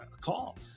call